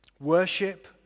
worship